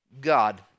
God